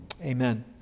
Amen